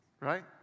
right